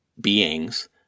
beings